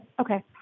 Okay